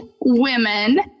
women